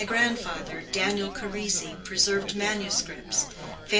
my grandfather, daniel charisi, preserved manuscripts,